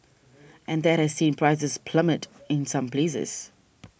and that has seen prices plummet in some places